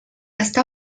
està